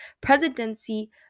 presidency